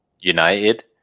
United